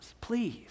Please